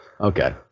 okay